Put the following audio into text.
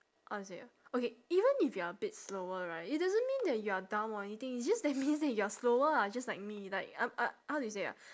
how to say ah okay even if you are a bit slower right it doesn't mean that you are dumb or anything it just that means that you are slower ah just like me like uh uh how do you say ah